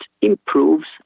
improves